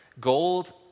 Gold